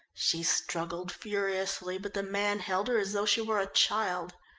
she struggled furiously, but the man held her as though she were a child.